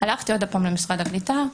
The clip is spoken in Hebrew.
הלכתי עוד הפעם למשרד הקליטה,